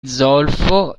zolfo